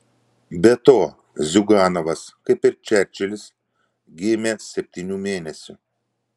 be to ziuganovas kaip ir čerčilis gimė septynių mėnesių